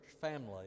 family